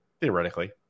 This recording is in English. theoretically